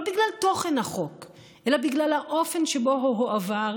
לא בגלל תוכן החוק אלא בגלל האופן שבו הוא הועבר,